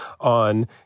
on